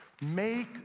Make